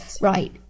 right